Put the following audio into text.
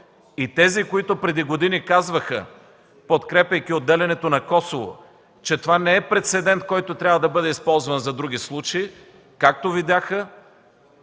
И тези, които преди години казваха, подкрепяйки отделянето на Косово, че това не е прецедент, който трябва да бъде използван за други случаи, както видяха,